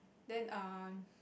then err